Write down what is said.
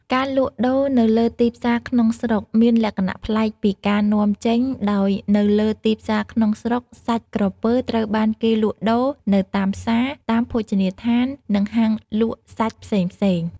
ការលក់ដូរនៅលើទីផ្សារក្នុងស្រុកមានលក្ខណៈប្លែកពីការនាំចេញ ដោយនៅលើទីផ្សារក្នុងស្រុកសាច់ក្រពើត្រូវបានគេលក់ដូរ នៅតាមផ្សារ តាមភោជនីយដ្ឋាន និងហាងលក់សាច់ផ្សេងៗ។